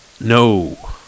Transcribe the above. No